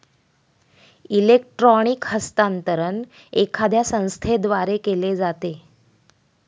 electronic हस्तांतरण एखाद्या संस्थेद्वारे केले जाते